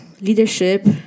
leadership